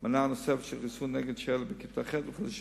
מנה נוספת של חיסון נגד שעלת בכיתה ח' ובחודשים